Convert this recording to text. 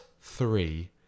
three